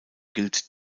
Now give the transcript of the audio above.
gilt